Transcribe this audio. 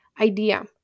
idea